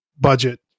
budget